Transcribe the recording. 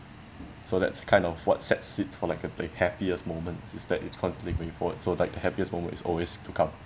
so that's kind of what sets it for like if the happiest moment is that it's constantly going forward so like happiest moment is always to come